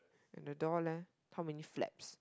on the door leh how many flaps